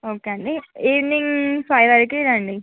okay అండి evening five వరకు రండి